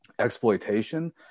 exploitation